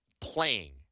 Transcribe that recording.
playing